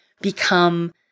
become